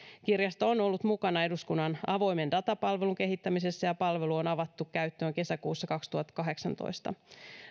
kirjasto on ollut mukana eduskunnan avoimen datapalvelun kehittämisessä ja palvelu on avattu käyttöön kesäkuussa kaksituhattakahdeksantoista